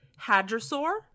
hadrosaur